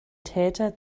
täter